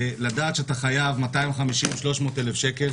ולדעת שאתה חייב 250,000, 300,000 שקל